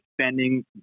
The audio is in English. spending